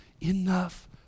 enough